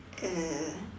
uh